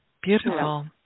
Beautiful